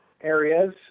areas